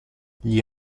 gli